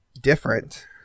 different